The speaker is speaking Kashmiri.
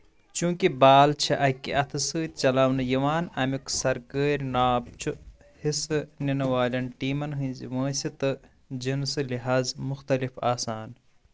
چوٗنٛکہِ بال چھِ اَکہِ اَتھٕ سۭتۍ چلاوٕنہٕ یِوان، امیُک سرکٲرۍ ناپ چھٗ حصہٕ نِنہٕ والٮ۪ن ٹیمَن ہِنٛز وٲنٛسہِ تہٕ جنسہٕ لحاظٕہٕ مُختٔلِف آسان